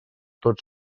tot